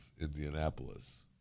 Indianapolis